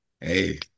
Hey